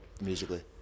musically